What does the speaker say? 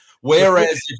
Whereas